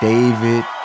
David